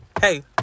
hey